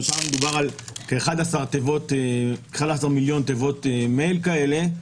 שם מדובר על 11 מיליון תיבות מייל כאלה,